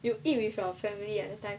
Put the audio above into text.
you eat with your family at the time